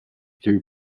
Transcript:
through